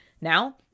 Now